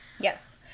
Yes